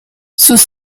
sus